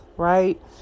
right